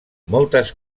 moltes